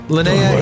Linnea